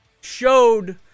showed